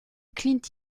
clint